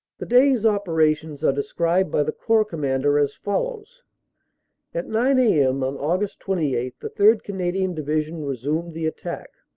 the day's operations are described by the corps com mander as follows at nine a m. on aug. twenty eight the third. canadian division resumed the attack,